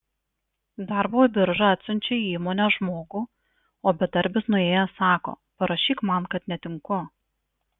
darbo birža atsiunčia į įmonę žmogų o bedarbis nuėjęs sako parašyk man kad netinku